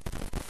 ולכן הממשלה,